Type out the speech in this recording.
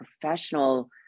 professional